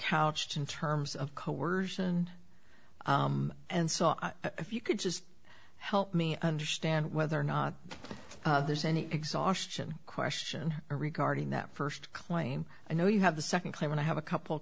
couched in terms of coercion and so if you could just help me understand whether or not there's any exhaustion question regarding that first claim i know you have the second claim and i have a couple